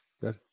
good